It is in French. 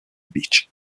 beach